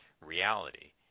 reality